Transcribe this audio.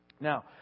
Now